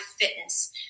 fitness